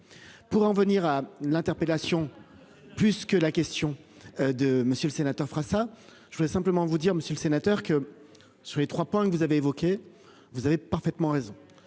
Pour en venir à l'interpellation. Plus que la question de monsieur le sénateur fera ça. Je voudrais simplement vous dire, Monsieur le Sénateur que. Sur les 3 points que vous avez évoqué, vous avez parfaitement raison.